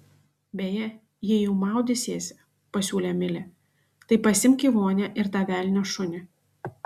beje jei jau maudysiesi pasiūlė milė tai pasiimk į vonią ir tą velnio šunį